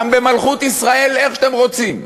גם במלכות ישראל, איך שאתם רוצים